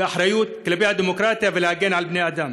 באחריות כלפי הדמוקרטיה ולהגן על בני-אדם,